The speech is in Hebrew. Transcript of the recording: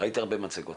ראיתי הרבה מצגות